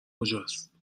کجاست